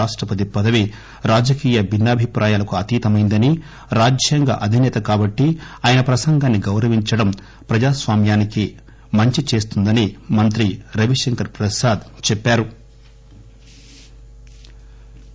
రాష్టపతి పదవి రాజకీయ భిన్నాభిప్రాయాలకు అతీతమైందని రాజ్యాంగ అధిసేత కాబట్టి ఆయన ప్రసంగాన్ని గౌరవించడం ప్రజాస్వామ్యానికి మంచిదని మంత్రి రవిశంకర్ ప్రసాద్ చెప్పారు